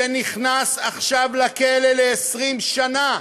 שנכנס עכשיו לכלא ל-20 שנה,